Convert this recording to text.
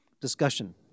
discussion